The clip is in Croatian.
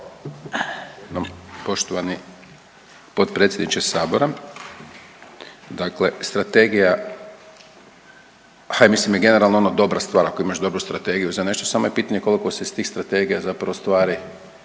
(SDP)** Poštovani potpredsjedniče sabora, dakle strategija, a ja mislim je generalno ono dobra stvar ako imaš dobru strategiju za nešto samo je pitanje koliko se iz tih strategija zapravo stvari